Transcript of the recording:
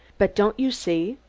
but, don't you see,